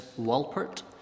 Walpert